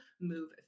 move